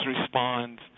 respond